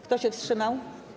Kto się wstrzymał?